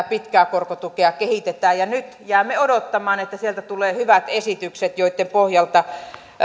pitkää korkotukea kehitetään ja nyt jäämme odottamaan että sieltä tulee hyvät esitykset joitten pohjalta